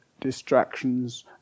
distractions